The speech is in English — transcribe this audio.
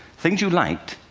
things you liked,